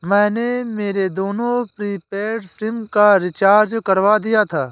मैंने मेरे दोनों प्रीपेड सिम का रिचार्ज करवा दिया था